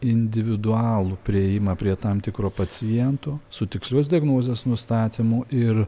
individualų priėjimą prie tam tikro paciento su tikslios diagnozės nustatymu ir